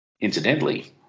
Incidentally